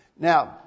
Now